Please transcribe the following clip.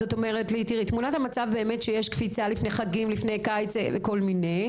את אומרת לי שתמונת המצב היא שיש קפיצה לפני חגים ולפני קיץ וחופשות,